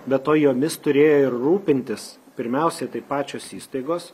be to jomis turėjo ir rūpintis pirmiausiai tai pačios įstaigos